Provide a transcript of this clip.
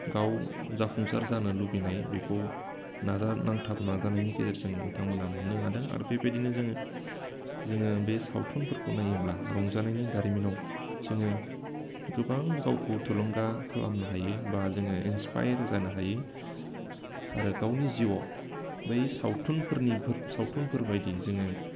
गाव जाफुंसार जानो लुबैनाय बेखौ नाजा नांथाब नाजानायनि गेजेरजों बिथांमोना मोननो हादों आरो बेबायदिनो जोङो बे सावथुनफोरखौ नायोब्ला रंजानायनि दारिमिनाव जोङो गोबां गावखौ थुलुंगा खालामनो हायो बा जोङो इन्सपायार जानो हायो आरो गावनि जिउआव बै सावथुनफोरबायदि जोङो